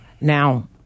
Now